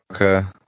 Okay